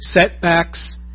setbacks